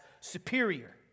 superior